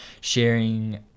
sharing